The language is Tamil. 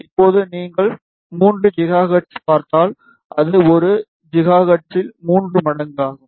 இப்போது நீங்கள் 3GHz பார்த்தால் அது 1 GHZல் மூன்று மடங்கு ஆகும்